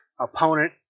opponent